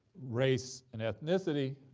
race and ethnicity